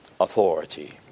authority